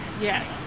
Yes